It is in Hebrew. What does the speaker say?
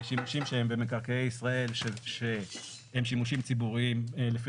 שימושים שהם במקרקעי ישראל שהם שימושים ציבוריים לפי